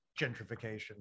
gentrification